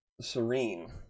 serene